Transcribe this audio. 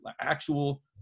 actual